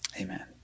Amen